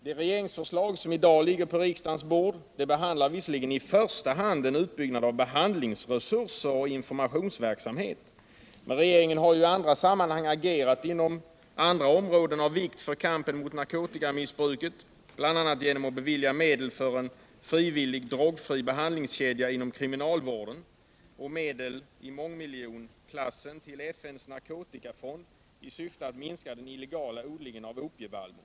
Det regeringsförslag som i dag ligger på riksdagens bord behandlar visserligen i första hand en utbyggnad av behandlingsresurser och informationsverksamhet. Men regeringen har ju i olika sammanhang agerat inom andra områden av vikt för kampen mot narkotikamissbruket, bl.a. genom att bevilja medel tillen frivillig, drogfri behandlingskedja inom kriminalvården. Man har också givit medel i mångmiljonklassen till FN:s narkotikafond i syfte att minska den illegala odlingen av opievall.